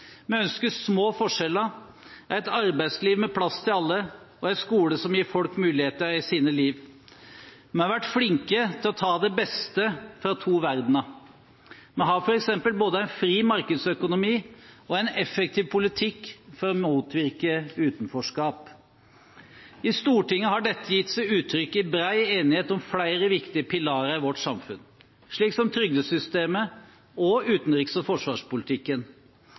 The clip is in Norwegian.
Vi ønsker små forskjeller, et arbeidsliv med plass til alle og en skole som gir folk muligheter i sitt liv. Vi har vært flinke til å ta det beste fra to verdener: Vi har f.eks. både en fri markedsøkonomi og en effektiv politikk for å motvirke utenforskap. I Stortinget har dette gitt seg uttrykk i bred enighet om flere viktige pilarer i vårt samfunn, slik som trygdesystemet og utenriks- og forsvarspolitikken.